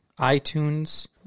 iTunes